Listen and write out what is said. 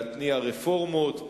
להתניע רפורמות,